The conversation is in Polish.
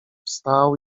wstał